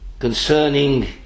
Concerning